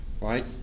right